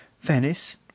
Venice